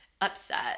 upset